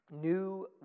New